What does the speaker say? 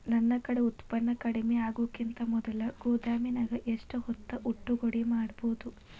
ನನ್ ಕಡೆ ಉತ್ಪನ್ನ ಕಡಿಮಿ ಆಗುಕಿಂತ ಮೊದಲ ಗೋದಾಮಿನ್ಯಾಗ ಎಷ್ಟ ಹೊತ್ತ ಒಟ್ಟುಗೂಡಿ ಇಡ್ಬೋದು?